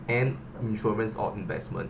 and insurance or investment